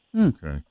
Okay